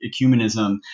ecumenism